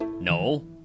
No